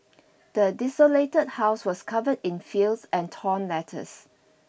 the desolated house was covered in filth and torn letters